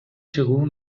чыгуу